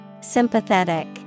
Sympathetic